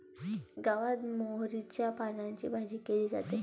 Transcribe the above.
गावात मोहरीच्या पानांची भाजी केली जाते